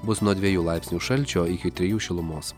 bus nuo dviejų laipsnių šalčio iki trijų šilumos